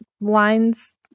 lines